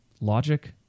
logic